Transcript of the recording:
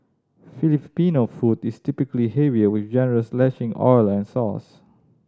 Filipino food is typically heavier with generous lashing of oil and sauce